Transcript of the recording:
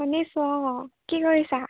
শুনিছোঁ অঁ কি কৰিছা